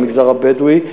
למגזר הבדואי,